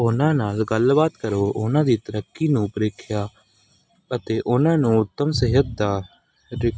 ਉਹਨਾਂ ਨਾਲ ਗੱਲਬਾਤ ਕਰੋ ਉਹਨਾਂ ਦੀ ਤਰੱਕੀ ਨੂੰ ਪ੍ਰੀਖਿਆ ਅਤੇ ਉਹਨਾਂ ਨੂੰ ਉੱਤਮ ਸਿਹਤ ਦਾ